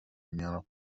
میان